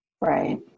right